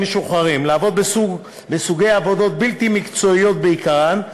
משוחררים לעבוד בסוגי עבודות בלתי מקצועיות בעיקרן,